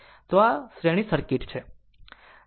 તો આ આ શ્રેણી સર્કિટ છે